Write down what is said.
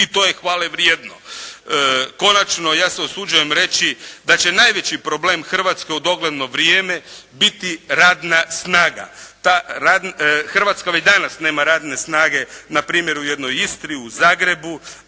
i to je hvale vrijedno. Konačno, ja se usuđujem reći da će najveći problem Hrvatske u dogledno vrijeme biti radna snaga. Hrvatska već danas nema radne snage na primjer u jednoj Istri, u Zagrebu